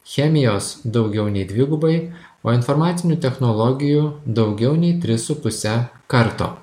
chemijos daugiau nei dvigubai o informacinių technologijų daugiau nei tris su puse karto